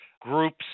groups